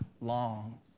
long